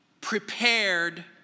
prepared